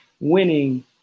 winning